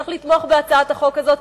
צריך לתמוך בהצעת החוק הזאת,